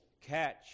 catch